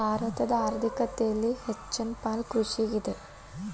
ಭಾರತದ ಆರ್ಥಿಕತೆಯಲ್ಲಿ ಹೆಚ್ಚನ ಪಾಲು ಕೃಷಿಗಿದೆ